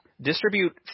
distribute